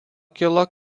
kilo